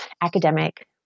academic